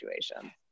situations